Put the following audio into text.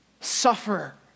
suffer